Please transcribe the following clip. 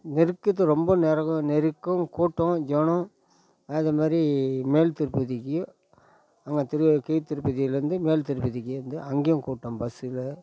நெருக்கத்தில் ரொம்ப நெருக் நெருக்கம் கூட்டம் ஜனம் அதுமாதிரி மேல் திருப்பதிக்கு ஆமாம் திரு கீழ் திருப்பதிலேருந்து மேல் திருப்பதிக்கு இருந்து அங்கேயும் கூட்டம் பஸ்ஸில்